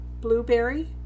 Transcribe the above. Blueberry